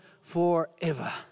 forever